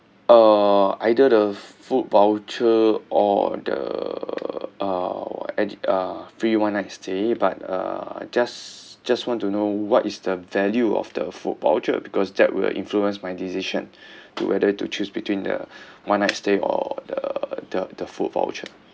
uh either the food voucher or the uh and uh free one night stay but uh just just want to know what is the value of the food voucher because that will influence my decision to whether to choose between the one night stay or the the the food voucher